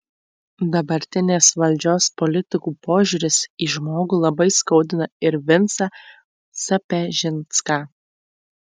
dabartinės valdžios politikų požiūris į žmogų labai skaudina ir vincą sapežinską